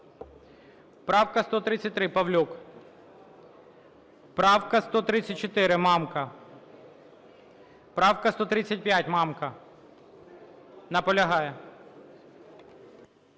Правка 133, Павлюк. Правка 134, Мамка. Правка 135, Мамка. Наполягає.